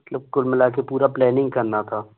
कुल मिला के पूरा प्लेननिंग करना था